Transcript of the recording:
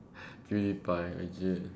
pewdiepie legit